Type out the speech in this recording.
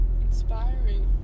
Inspiring